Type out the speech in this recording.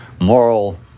moral